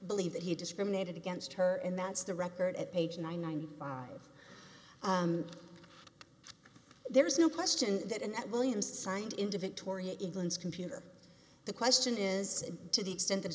believe that he discriminated against her and that's the record at page ninety five there is no question that at william signed into victoria england's computer the question is to the extent